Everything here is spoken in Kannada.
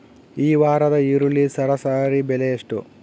ಈ ವಾರದ ಈರುಳ್ಳಿ ಸರಾಸರಿ ಬೆಲೆ ಎಷ್ಟು?